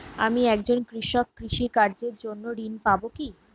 আমি একজন কৃষক কৃষি কার্যের জন্য ঋণ পাব কি?